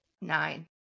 nine